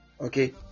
okay